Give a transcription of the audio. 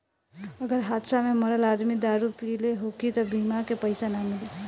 अगर हादसा में मरल आदमी दारू पिले होखी त बीमा के पइसा ना मिली